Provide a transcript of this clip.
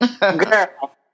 Girl